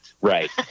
Right